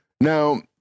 Now